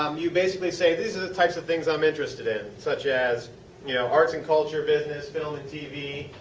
um you basically say these are the types of things i am interested in, such as yeah art and culture, business, film and tv.